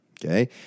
Okay